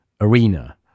arena